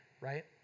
right